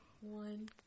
one